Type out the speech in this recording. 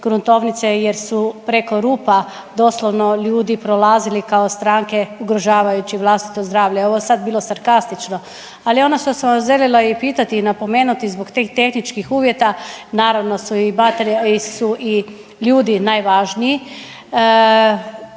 gruntovnice jer su preko rupa doslovno ljudi prolazili kao stranke ugrožavajući vlastito zdravlje. Ovo je sad bilo sarkastično, ali ono što sam vas željela i pitati i napomenuti zbog tih tehničkih uvjeta naravno su i …/Govornica